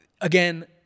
again